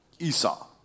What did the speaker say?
Esau